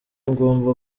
ngomba